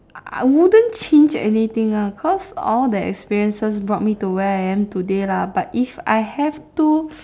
I I wouldn't change anything lah cause all the experiences brought me to where I am today lah but if I have to